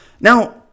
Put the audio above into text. Now